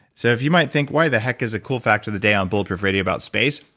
so if you might think, why the heck is a cool fact of the day on bulletproof radio about space,